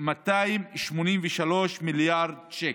כ-283 מיליארד שקל.